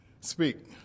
Speak